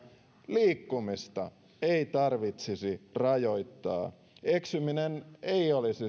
liikkumista ei tarvitsisi rajoittaa eksyminen ei olisi